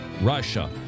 Russia